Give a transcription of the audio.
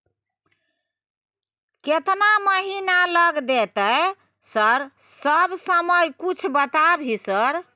केतना महीना लग देतै सर समय कुछ बता भी सर?